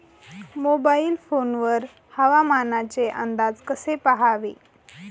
Mobile phone वर हवामानाचे अंदाज कसे पहावे?